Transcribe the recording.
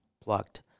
plucked